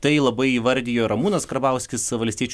tai labai įvardijo ramūnas karbauskis valstiečių